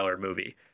movie